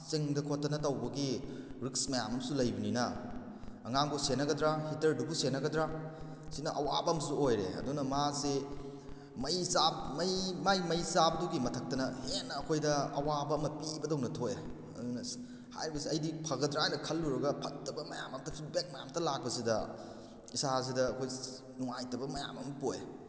ꯆꯤꯡꯗ ꯈꯣꯠꯇꯅ ꯇꯧꯕꯒꯤ ꯔꯤꯛꯁ ꯃꯌꯥꯝ ꯑꯃꯁꯨ ꯂꯩꯕꯅꯤꯅ ꯑꯉꯥꯡꯕꯨ ꯁꯦꯟꯅꯒꯗ꯭ꯔꯥ ꯍꯤꯇꯔꯗꯨꯕꯨ ꯁꯦꯟꯅꯒꯗ꯭ꯔꯥ ꯁꯤꯅ ꯑꯋꯥꯕ ꯑꯃꯁꯨ ꯑꯣꯏꯔꯦ ꯑꯗꯨꯅ ꯃꯥꯁꯤ ꯃꯩ ꯃꯩ ꯃꯥꯏ ꯃꯩ ꯆꯥꯕꯗꯨꯒꯤ ꯃꯊꯛꯇꯅ ꯍꯦꯟꯅ ꯑꯩꯈꯣꯏꯗ ꯑꯋꯥꯕ ꯑꯃ ꯄꯤꯕꯗꯧꯅ ꯊꯣꯛꯑꯦ ꯑꯗꯨꯅ ꯍꯥꯏꯔꯤꯕꯁꯤ ꯑꯩꯗꯤ ꯐꯒꯗ꯭ꯔ ꯍꯥꯏꯅ ꯈꯜꯂꯨꯔꯒ ꯐꯠꯇꯕ ꯃꯌꯥꯝ ꯑꯝꯇ ꯐꯤꯗꯕꯦꯛ ꯃꯌꯥꯝ ꯑꯝꯇ ꯂꯥꯛꯄꯁꯤꯗ ꯏꯁꯥꯁꯤꯗ ꯑꯩꯈꯣꯏ ꯅꯨꯡꯉꯥꯏꯇꯕ ꯃꯌꯥꯝ ꯑꯃ ꯄꯣꯛ